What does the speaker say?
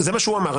זה מה שהוא אמר,